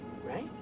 right